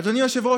אדוני היושב-ראש,